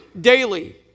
daily